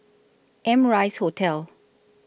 Amrise Hotel